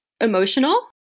emotional